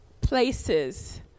places